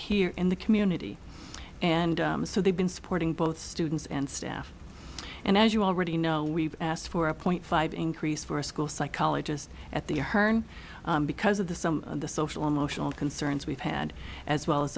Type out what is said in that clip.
here in the community and so they've been supporting both students and staff and as you already know we've asked for a point five increase for a school psychologist at the herne because of the some of the social emotional concerns we've had as well as